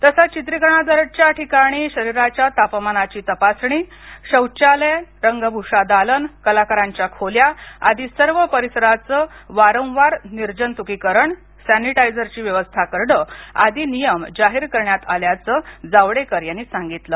तसंच चित्रीकरणाच्या ठिकाणी शरीराच्या तापमानाची तपासणी शौचालय रंगभूषा दालन कलाकारांच्या खोल्या आदी सर्व परिसराचं वारंवार निर्जंतुकीकरण सॅनीटायझरची व्यवस्था करणं आदी नियम जाहीर करण्यात आल्याचं जावडेकर यांनी सांगितलं